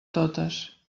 totes